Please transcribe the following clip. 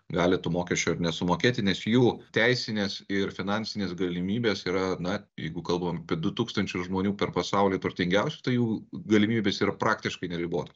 gali tų mokesčių ir nesumokėti nes jų teisinės ir finansinės galimybės yra na jeigu kalbam apie du tūkstančius žmonių per pasaulį turtingiausių tai galimybės yra praktiškai neribotos